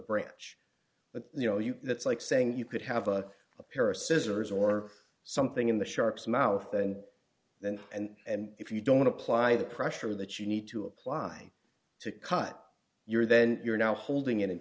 branch but you know you that's like saying you could have a a pair of scissors or something in the shark's mouth and then and if you don't apply the pressure that you need to apply to cut your then you're now holding i